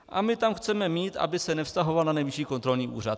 A my tam chceme mít, aby se nevztahoval na Nejvyšší kontrolní úřad.